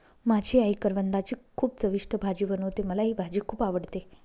माझी आई करवंदाची खूप चविष्ट भाजी बनवते, मला ही भाजी खुप आवडते